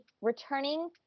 returning